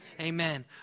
Amen